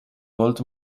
wollt